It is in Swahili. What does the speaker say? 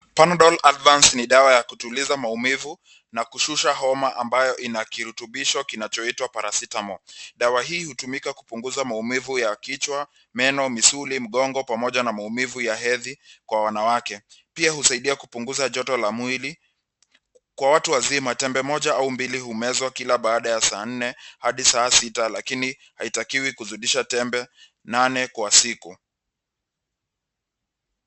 Panadol Advance ni dawa ya kutuliza maumivu na kushusha homa ambayo ina kirutubisho kinachoitwa paracetamol . Dawa hii hutumika kupunguza maumivu ya kichwa, meno, misuli, mgongo pamoja na maumivu ya hedhi kwa wanawake. Pia husaidia kupunguza joto la mwili. Kwa watu wazima tembe moja au mbili humezwa kila baada ya saa nne hadi saa sita lakini haitakiwi kuzidisha tembe nane kwa siku.